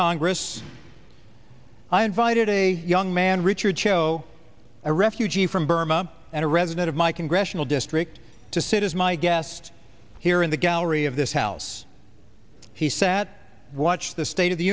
congress i invited a young man richard cho a refugee from burma and a resident of my congressional district to sit as my guest here in the gallery of this house he sat and watched the state of the